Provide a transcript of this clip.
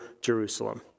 Jerusalem